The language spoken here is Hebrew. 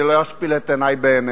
אני לא אשפיל את עיני בעיניך.